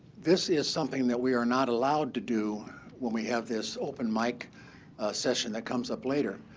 this is something that we are not allowed to do when we have this open mic session that comes up later.